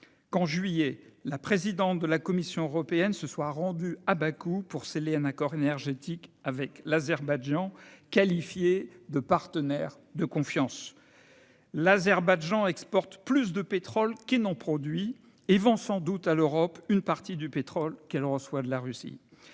qu'en juillet la présidente de la Commission européenne se soit rendue à Bakou pour sceller un accord énergétique avec l'Azerbaïdjan, ... C'est une honte !... qualifié de partenaire de confiance. Scandaleux ! L'Azerbaïdjan exporte plus de pétrole qu'il n'en produit et vend sans doute à l'Europe une partie du pétrole qu'il reçoit de la Russie.